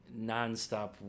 nonstop